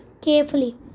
carefully